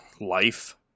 Life